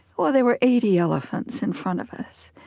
well, there were eighty elephants in front of us,